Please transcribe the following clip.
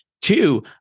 Two